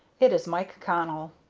it is mike connell.